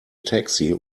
taxi